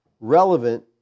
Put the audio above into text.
relevant